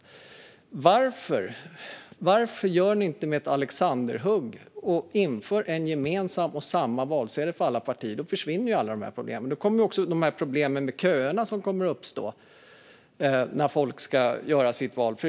Om vi nu har fått dessa rekommendationer, varför gör ni inte ett alexanderhugg och inför en gemensam valsedel för alla partier? Då försvinner ju alla dessa problem. Då försvinner också problemen med köer som uppstår när folk ska göra sitt val.